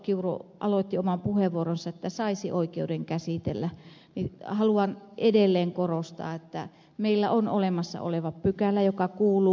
kiuru aloitti oman puheenvuoronsa että saisi oikeuden käsitellä niin haluan edelleen korostaa että meillä on olemassa oleva pykälä joka kuuluu